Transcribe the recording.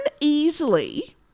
easily